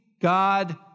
God